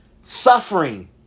suffering